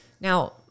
Now